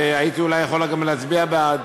והייתי אולי יכול גם להצביע בעד.